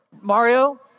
Mario